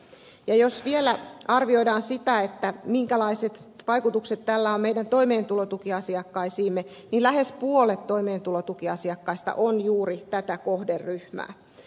ja jos vielä arvioidaan sitä minkälaiset vaikutukset tällä on meidän toimeentulotukiasiakkaisiimme niin lähes puolet toimeentulotukiasiakkaista on juuri tätä kohderyhmää